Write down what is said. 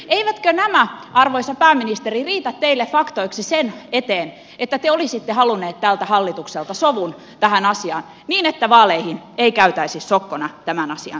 eivätkö nämä arvoisa pääministeri riitä teille faktoiksi sen eteen että te olisitte halunneet tältä hallitukselta sovun tähän asiaan niin että vaaleihin ei käytäisi sokkona tämän asian suhteen